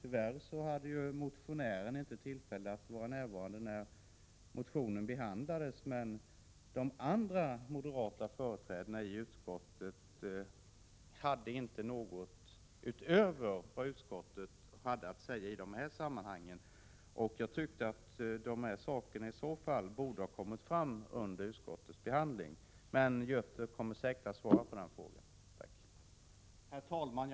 Tyvärr hade inte motionären tillfälle att närvara när motionen behandlades i utskottet, men de övriga moderata företrädarna i utskottet hade inte något att säga utöver vad utskottet anfört i detta sammanhang. Jag tycker att de här sakerna i så fall borde ha kommit fram under utskottsbehandlingen. Göthe Knutson kommer säkerligen att svara på frågan. Herr talman!